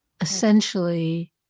essentially